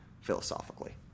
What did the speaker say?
philosophically